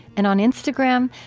and on instagram,